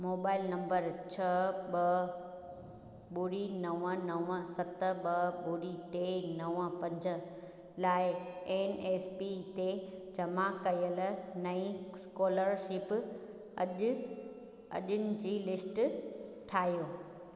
mobile number छह ॿ ॿुड़ी नव नव सत ॿ ॿुड़ी टे नव पंज लाइ एन एस पी ते जमा कयल नईं स्कोलरशिप अॼु अजियुनि जी लिस्ट ठाहियो